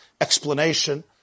explanation